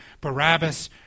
Barabbas